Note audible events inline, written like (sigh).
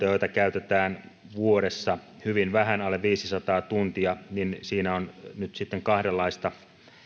(unintelligible) joita käytetään vuodessa hyvin vähän alle viisisataa tuntia on nyt kahdenlaista